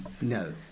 No